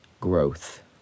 growth